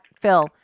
Phil